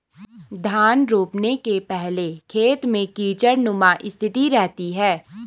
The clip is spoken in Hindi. धान रोपने के पहले खेत में कीचड़नुमा स्थिति रहती है